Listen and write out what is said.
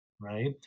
Right